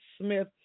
Smith